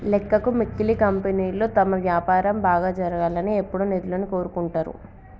లెక్కకు మిక్కిలి కంపెనీలు తమ వ్యాపారం బాగా జరగాలని ఎప్పుడూ నిధులను కోరుకుంటరు